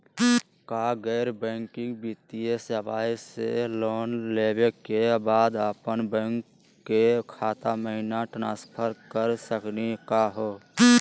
का गैर बैंकिंग वित्तीय सेवाएं स लोन लेवै के बाद अपन बैंको के खाता महिना ट्रांसफर कर सकनी का हो?